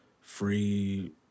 free